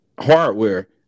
hardware